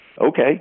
okay